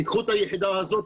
קחו את היחידה הזאת,